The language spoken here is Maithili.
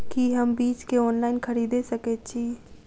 की हम बीज केँ ऑनलाइन खरीदै सकैत छी?